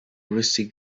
rusty